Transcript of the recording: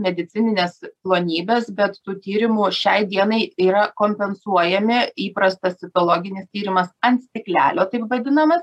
medicinines plonybes bet tų tyrimo šiai dienai yra kompensuojami įprastas citologinis tyrimas ant stiklelio taip vadinama